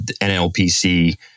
NLPC